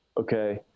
okay